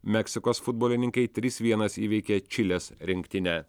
meksikos futbolininkai trys vienas įveikė čilės rinktinę